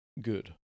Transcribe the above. good